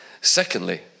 Secondly